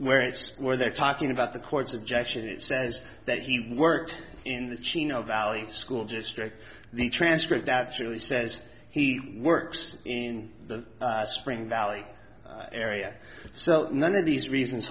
where it's where they're talking about the court's objection it says that he worked in the chino valley school district the transcript actually says he works in the spring valley area so none of these reasons